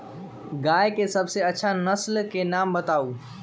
गाय के सबसे अच्छा नसल के नाम बताऊ?